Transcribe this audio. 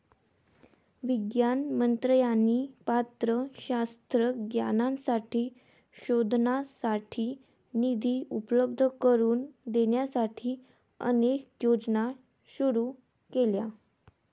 विज्ञान मंत्र्यांनी पात्र शास्त्रज्ञांसाठी संशोधनासाठी निधी उपलब्ध करून देण्यासाठी अनेक योजना सुरू केल्या